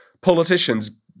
politicians